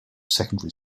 secondary